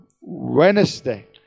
Wednesday